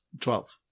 Twelve